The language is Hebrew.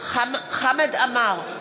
חמד עמאר,